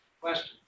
Questions